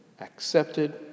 accepted